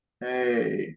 hey